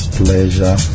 pleasure